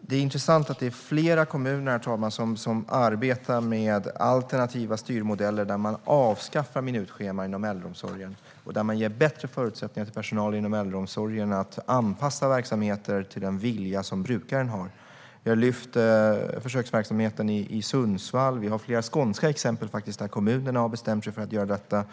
Det är intressant att det är flera kommuner som arbetar med alternativa styrmodeller där man avskaffar minutschema och ger bättre förutsättningar för personalen inom äldreomsorgen att anpassa verksamheten till den vilja som brukaren har. Jag vill lyfta fram försöksverksamheten i Sundsvall, och vi har flera exempel från Skåne där kommunerna har bestämt sig för att göra detta.